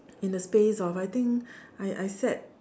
in the space off I think I I sat